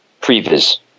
previous